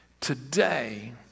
Today